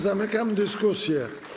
Zamykam dyskusję.